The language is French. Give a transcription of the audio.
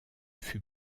fut